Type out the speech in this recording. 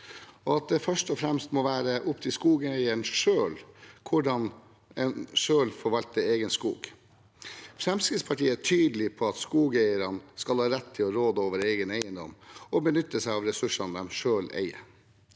og det må først og fremst være opp til skogeieren selv hvordan en forvalter egen skog. Fremskrittspartiet er tydelig på at skogeierne skal ha rett til å råde over egen eiendom og benytte seg av ressursene de selv eier.